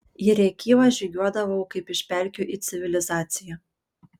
į rėkyvą žygiuodavau kaip iš pelkių į civilizaciją